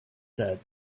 said